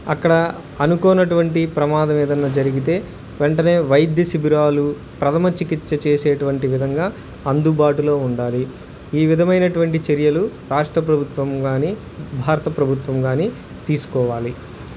అక్కడ అనుకోనటువంటి ప్రమాదం ఏదన్నా జరిగితే వెంటనే వైద్యశిబిరాలు ప్రథమ చికిత్స చేసేటువంటి విధంగా అందుబాటులో ఉండాలి ఈ విధమైనటువంటి చర్యలు రాష్ట్ర ప్రభుత్వం గానీ భారత ప్రభుత్వం గానీ తీసుకోవాలి